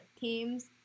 teams